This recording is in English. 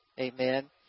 Amen